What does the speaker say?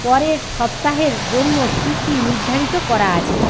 পরের সপ্তাহের জন্য কী কী নির্ধারিত করা আছে